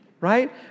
right